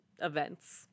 events